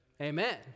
Amen